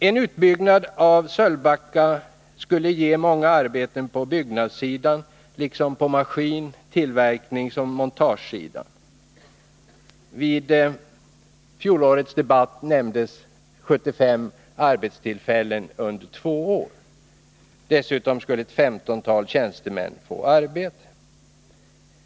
En utbyggnad av Sölvbacka skulle ge många arbeten på byggnadssidan liksom på maskin-, tillverkningsoch montageområdena — under fjolårets debatt nämndes 75 arbeten under två år. Dessutom skulle ungefär 15 tjänstemän få arbete.